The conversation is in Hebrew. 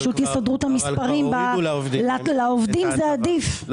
כבר הורידו לעובדים את ההטבה.